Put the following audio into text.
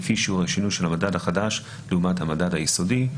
לפי שיעור השינוי של המדד החדש לעומת המדד היסודי.